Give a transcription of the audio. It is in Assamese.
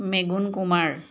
মেগুণ কুমাৰ